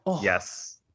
yes